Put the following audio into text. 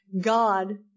God